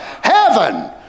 Heaven